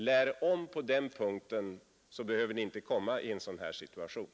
Lär om på den punkten, så behöver ni inte komma i en sådan här situation!